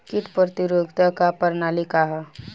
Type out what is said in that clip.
कीट प्रतिरोधकता क कार्य प्रणाली का ह?